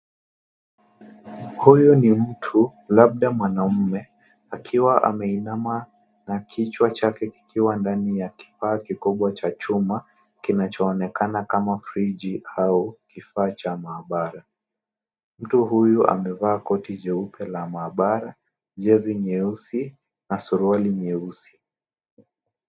Huyu ni mtu, labda mwanaume akiwa ameinama na kichwa chake kikiwa ndani ya kifaa kikubwa cha chuma kinachoonekana kama friji au kifaa cha maabara. Mtu huyu amevaa koti jeupe la maabara, jezi nyeusi na suruali nyeusi.